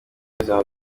ubuzima